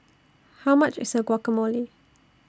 How much IS Guacamole